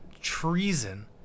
treason